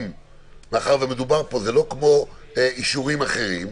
זה לא כמו אישורים אחרים,